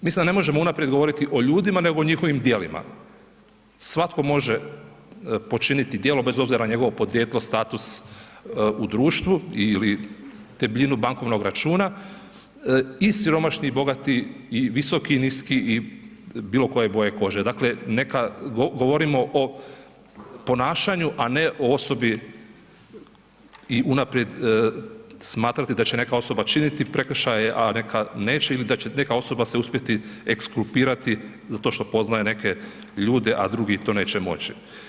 Mislim da ne možemo unaprijed govoriti o ljudima, nego o njihovim djelima, svatko može počiniti djelo bez obzira na njegovo podrijetlo, status u društvu ili debljinu bankovnog računa, i siromašni i bogati i visoki i niski i bilo koje boje kože, dakle neka govorimo o ponašanju, a ne o osobi i unaprijed smatrati da će neka osoba činiti prekršaje, a neka neće ili da će neka osoba se uspjeti ekskulpirati za to što poznaje neke ljude, a drugi to neće moći.